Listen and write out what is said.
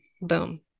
boom